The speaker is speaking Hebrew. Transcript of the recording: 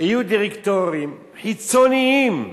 יהיו דירקטורים חיצוניים".